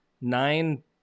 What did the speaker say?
nine